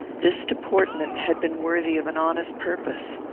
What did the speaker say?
this deportment had been worthy of an honest purpose.